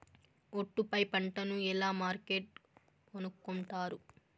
ఒట్టు పై పంటను ఎలా మార్కెట్ కొనుక్కొంటారు?